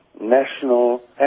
national